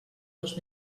dos